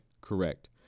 correct